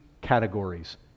categories